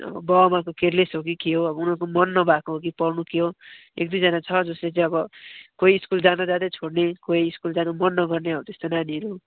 अब बाबुआमाको केयरलेस हो कि के हो अब उनीहरूको मन नभएको हो कि पढ्नु के हो एक दुईजना छ जसले चाहिँ अब कोही स्कुल जाँदा जाँदै छोड्ने कोही स्कुल जानु मन नगर्ने हो त्यस्तो नानीहरू